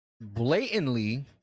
blatantly